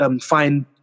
find